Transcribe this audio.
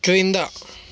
క్రింద